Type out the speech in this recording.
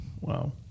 Wow